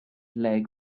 leg